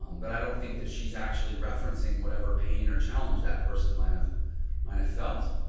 um but i don't think that she's actually referencing whatever pain or challenge that person might have, might have felt.